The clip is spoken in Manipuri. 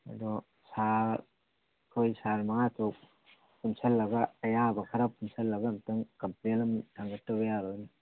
ꯑꯗꯣ ꯁꯥꯔ ꯑꯩꯈꯣꯏ ꯁꯥꯔ ꯃꯉꯥ ꯇꯔꯨꯛ ꯄꯨꯟꯁꯤꯜꯂꯒ ꯑꯌꯥꯕ ꯈꯔ ꯄꯨꯟꯁꯤꯜꯂꯒ ꯑꯝꯇꯪ ꯀꯝꯄ꯭ꯂꯦꯟ ꯑꯃ ꯊꯥꯡꯒꯠꯇꯕ ꯌꯥꯔꯣꯏꯅꯦ